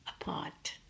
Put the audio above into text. apart